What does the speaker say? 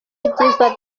ibyiza